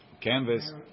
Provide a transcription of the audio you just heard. Canvas